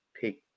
Pick